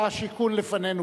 שר השיכון לפנינו,